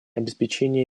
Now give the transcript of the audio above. обеспечения